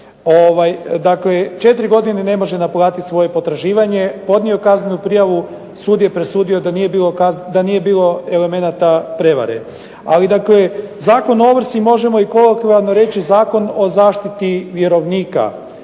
Dakle, 4 godine ne može naplatiti svoje potraživanje, podnio je kaznenu prijavu, sud je presudio da nije bilo elemenata prevare. Ali dakle Zakon o ovrsi možemo kolokvijalno reći Zakon o zaštiti vjerovnika